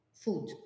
food